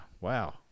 Wow